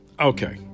Okay